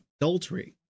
adultery